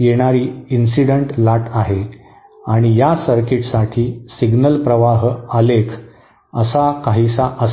येणारी इन्सिडेंट लाट आहे आणि या सर्किटसाठी सिग्नल प्रवाह आलेख असा काहीसा असेल